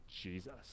Jesus